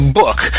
book